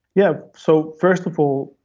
yeah, so first of all,